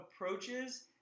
approaches